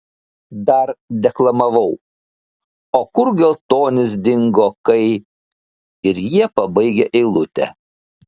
dar deklamavau o kur geltonis dingo kai ir jie pabaigė eilutę